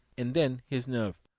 and then his nerve.